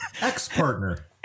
Ex-partner